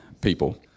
people